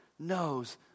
knows